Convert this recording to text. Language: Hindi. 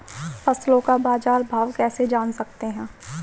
फसलों का बाज़ार भाव कैसे जान सकते हैं?